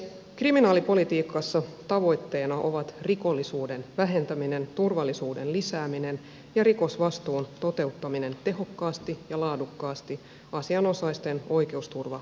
kriminaalipolitiikassa tavoitteena ovat rikollisuuden vähentäminen turvallisuuden lisääminen ja rikosvastuun toteuttaminen tehokkaasti ja laadukkaasti asianosaisten oikeusturva huomioon ottaen